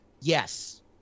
Yes